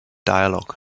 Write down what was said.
dialogue